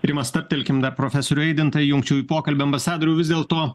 rima stabtelkim dar profesorių eidintą įjungčiau į pokalbį ambasadoriau vis dėlto